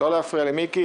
לא להפריע למיקי.